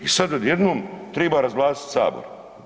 I sad odjednom treba razvlastiti Sabor.